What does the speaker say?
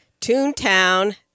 Toontown